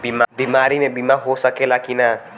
बीमारी मे बीमा हो सकेला कि ना?